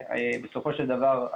בסופו של דבר,